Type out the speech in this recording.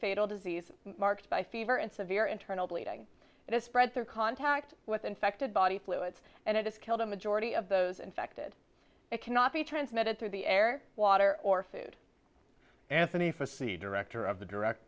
fatal disease marked by fever and severe internal bleeding that is spread their contact with infected body fluids and it has killed a majority of those infected it cannot be transmitted through the air water or food anthony fauci director of the direct